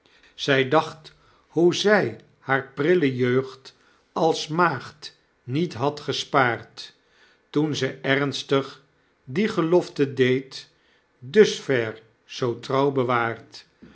zy dacht hoe zy haar prille jeugd als maagd niet had gespaard toen ze ernstig die gelofte deed dusver zoo trouw bewaard